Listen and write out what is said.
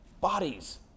bodies